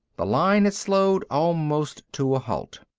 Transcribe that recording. the line had slowed almost to a halt.